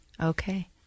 Okay